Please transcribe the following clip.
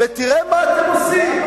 ותראה מה אתם עושים.